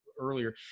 earlier